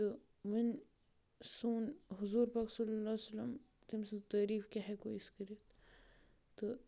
تہٕ وۄنۍ سون حضوٗر پاک صَلی اللہُ عِلَیہ وَسَلَم تٔمۍ سٕنٛز تٲریٖف کیٛاہ ہٮ۪کو أسۍ کٔرِتھ تہٕ